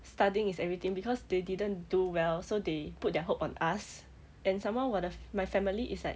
studying is everything because they didn't do well so they put their hope on us and some more 我的 my family is like